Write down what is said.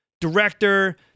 director